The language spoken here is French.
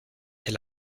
est